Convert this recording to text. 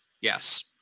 yes